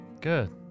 Good